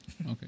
Okay